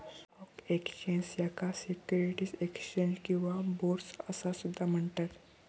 stock exchange, याका securities exchange किंवा bourse असा सुद्धा म्हणतत